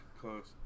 close